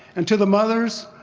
and to the mothers,